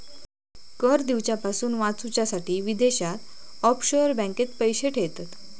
कर दिवच्यापासून वाचूच्यासाठी विदेशात ऑफशोअर बँकेत पैशे ठेयतत